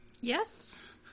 Yes